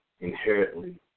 inherently